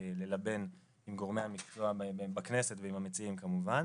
ללבן עם גורמי המקצוע בכנסת ועם המציעים כמובן?